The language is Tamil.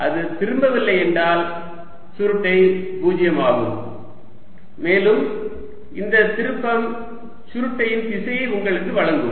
அது திரும்பவில்லை என்றால் சுருட்டை பூஜ்ஜியமாகும் மேலும் இந்த திருப்பம் சுருட்டையின் திசையை உங்களுக்கு வழங்கும்